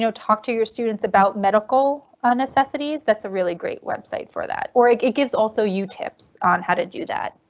so talk to your students about medical necessities that's a really great website for that or it gives also, you tips on how to do that.